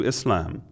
Islam